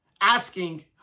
asking